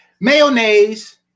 mayonnaise